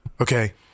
Okay